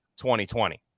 2020